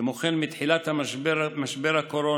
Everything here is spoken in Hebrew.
כמו כן, מתחילת המשבר הקורונה